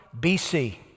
BC